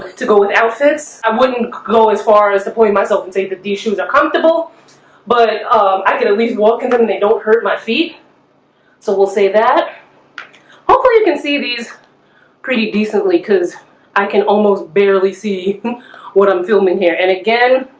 to go without since i wouldn't go as far as to point myself and say that these shoes are comfortable but um i can at least walk in them. they don't hurt my feet so we'll say that hopefully you can see these pretty decently cuz i can almost barely see what i'm filming here and again,